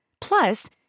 Plus